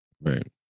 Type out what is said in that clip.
right